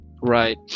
right